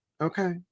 Okay